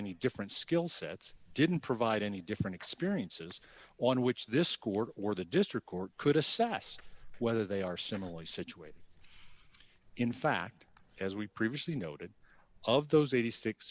any different skill sets didn't provide any different experiences on which this court or the district court could assess whether they are similarly situated in fact as we previously noted of those eighty six